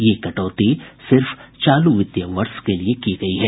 ये कटौती सिर्फ चालू वित्तीय वर्ष के लिए की गयी है